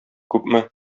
күпме